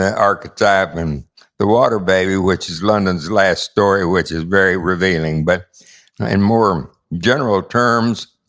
ah archetype and and the water baby, which is london's last story, which is very revealing, but in more general terms,